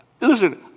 Listen